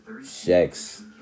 Sex